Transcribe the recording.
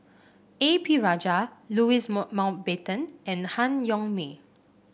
A P Rajah Louis Mountbatten and Han Yong May